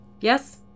Yes